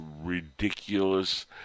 ridiculous